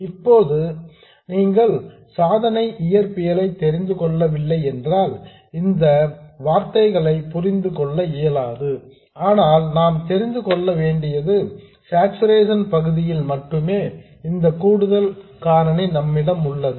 இப்போது நீங்கள் சாதனை இயற்பியலை தெரிந்து கொள்ளவில்லை என்றால் இந்த வார்த்தையை நீங்கள் புரிந்து கொள்ள இயலாது ஆனால் நாம் தெரிந்து தெரிந்துகொள்ள வேண்டியது சார்சுரேஷன் பகுதியில் மட்டுமே இந்த கூடுதல் காரணி நம்மிடம் உள்ளது